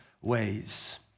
ways